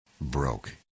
broke